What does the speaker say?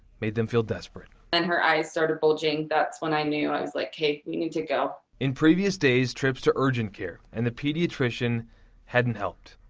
made them feel desperate and her eyes started bulging that's when i knew i was like hey we need to go. in previous days trips to urgent care and the pediatrician hadn't helped.